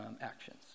actions